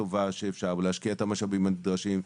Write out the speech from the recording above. טובה שאפשר ולהשקיע את המשאבים הנדרשים.